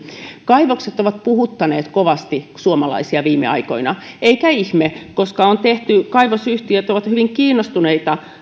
kaivokset ovat puhuttaneet kovasti suomalaisia viime aikoina eikä ihme koska kaivosyhtiöt ovat hyvin kiinnostuneita